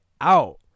out